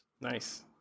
Nice